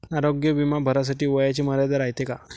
आरोग्य बिमा भरासाठी वयाची मर्यादा रायते काय?